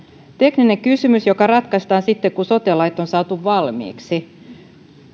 tekninen kysymys joka ratkaistaan sitten kun sote lait on saatu valmiiksi